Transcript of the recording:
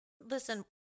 Listen